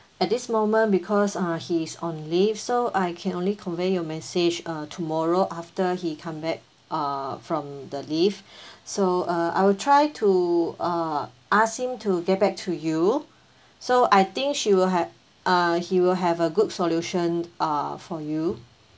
at this the moment because uh he's on leave so I can only convey your message uh tomorrow after he come back uh from the leave so uh I will try to uh ask him to get back to you so I think she will ha~ uh he will have a good solution uh for you